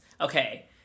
okay